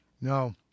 No